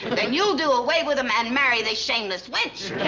you'll do away with him and marry this shameless witch.